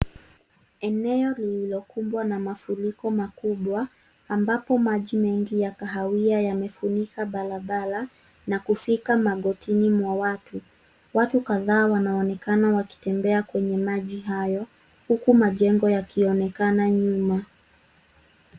Eneo lililokumbwa na mafuriko makubwa, ambapo maji mengi ya kahawia yamefunika barabara, na kufika magotini mwa watu. Watu kadhaa wanaonekana wakitembea kwenye maji hayo, huku majengo yakionekana nyuma.